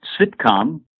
sitcom